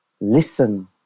Listen